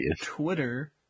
Twitter